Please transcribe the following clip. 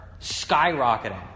skyrocketing